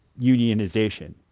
unionization